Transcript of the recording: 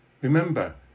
Remember